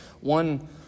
one